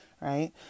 right